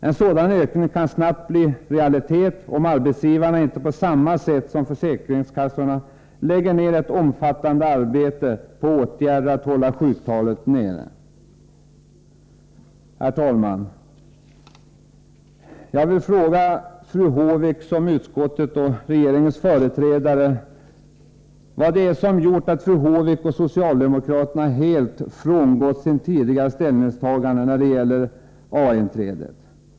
En sådan ökning kan snabbt bli en realitet, om arbetsgivarna inte på samma sätt som försäkringskassorna lägger ner ett omfattande arbete på åtgärder att hålla sjuktalet nere. Herr talman! Jag vill fråga fru Håvik, som är utskottets och regeringens företrädare: Vad är det som gjort att fru Håvik och socialdemokraterna helt frångått sina tidigare ställningstaganden när det gäller A-inträdet?